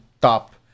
top